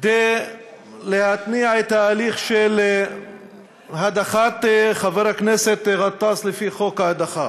כדי להתניע את ההליך של הדחת חבר הכנסת גטאס לפי חוק ההדחה.